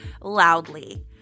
loudly